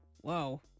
Whoa